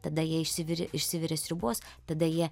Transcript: tada jie išsivirė išsivirė sriubos tada jie